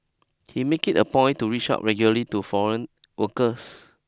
he makes it a point to reach out regularly to foreign workers